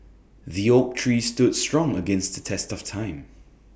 the oak tree stood strong against the test of time